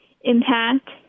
impact